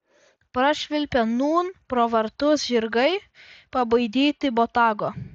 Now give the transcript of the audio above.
prašvilpė nūn pro vartus žirgai pabaidyti botago